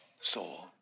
soul